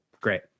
great